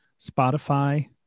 Spotify